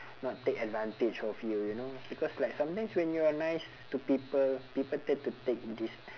not take advantage of you you know because like sometimes when you're nice to people people tend to take this